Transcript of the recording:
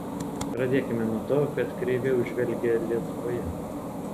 pradėkime nuo to kad kreiviau žvelgia lietuvoje